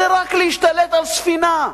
זה רק להשתלט על ספינה,